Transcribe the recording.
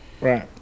Right